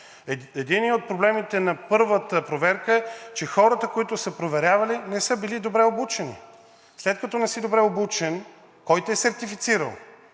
Единият от проблемите на първата проверка е, че хората, които са проверявали, не са били добре обучени. След като не си добре обучен – кой те е сертифицирал?